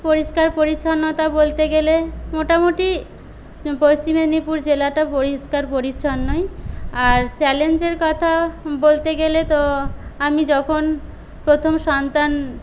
পরিষ্কার পরিচ্ছন্নতা বলতে গেলে মোটামোটি পশ্চিম মেদিনীপুর জেলাটা পরিষ্কার পরিচ্ছন্নই আর চ্যালেঞ্জের কথা বলতে গেলে তো আমি যখন প্রথম সন্তান